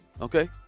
okay